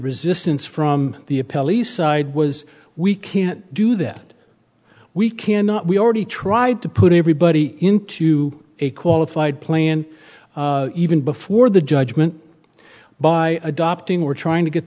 resistance from the appellee side was we can't do that we cannot we already tried to put everybody into a qualified plan even before the judgement by adopting we're trying to get